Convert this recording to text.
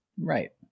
Right